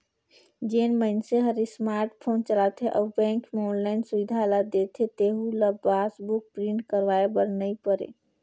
जेन मइनसे हर स्मार्ट फोन चलाथे अउ बेंक मे आनलाईन सुबिधा ल देथे तेहू ल पासबुक प्रिंट करवाये बर नई परे